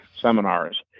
seminars